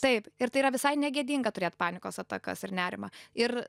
taip ir tai yra visai negėdinga turėt panikos atakas ir nerimą ir